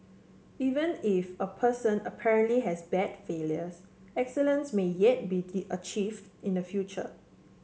even if a person apparently has bad failures excellence may yet be achieved in the future